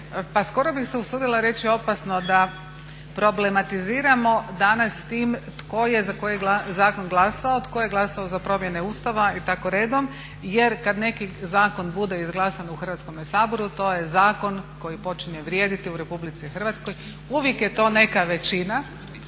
pa skoro bih se usudila reći opasno da problematiziramo danas s time tko je za koji zakon glasao, tko je glasao za promjene Ustava i tako redom. Jer kada neki zakon bude izglasan u Hrvatskome saboru, to je zakon koji počinje vrijediti u Republici Hrvatskoj. Uvijek je to neka većina